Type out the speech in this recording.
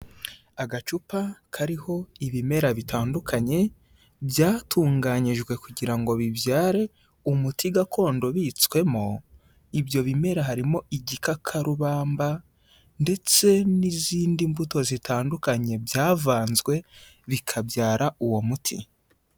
Agacupa kariho ibimera bitandukanye byatunganyijwe kugira ngo bibyare umuti gakondo ubitswemo, ibyo bimera harimo igikakarubamba ndetse n'izindi mbuto zitandukanye byavanzwe bikabyara uwo muti.